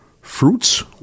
fruits